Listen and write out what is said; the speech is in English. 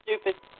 Stupid